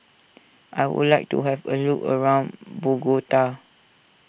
I would like to have a look around Bogota